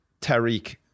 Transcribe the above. Tariq